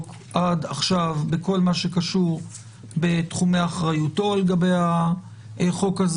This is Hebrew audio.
עד עכשיו בכל מה שקשור בתחומי אחריותו לגבי החוק הזה.